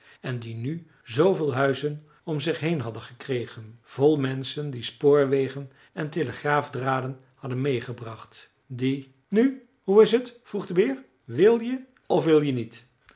en die nu zooveel huizen om zich heen hadden gekregen vol menschen die spoorwegen en telegraafdraden hadden meegebracht die nu hoe is het vroeg de beer wil je of wil je niet